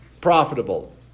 profitable